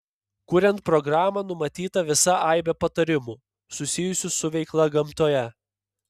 kuriant programą numatyta visa aibė patarimų susijusių su veikla gamtoje